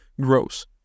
grows